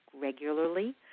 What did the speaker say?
regularly